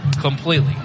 completely